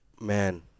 man